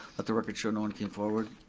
let the record show no one came forward.